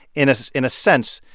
in so in a sense,